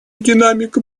динамика